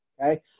Okay